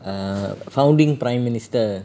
err founding prime minister